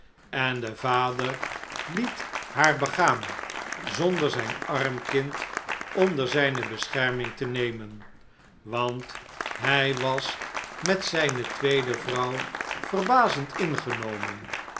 en de vader liet haar begaan zonder zijn arm kind onder zijne bescherming te nemen want hij was met zijne tweede vrouw verbazend ingenomen